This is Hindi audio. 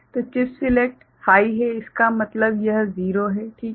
तो चिप सेलेक्ट हाइ है इसका मतलब यह 0 है ठीक है